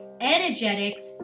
energetics